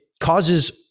causes